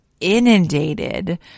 inundated